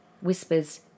whispers